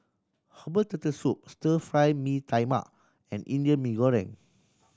herbal Turtle Soup Stir Fried Mee Tai Mak and Indian Mee Goreng